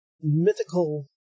mythical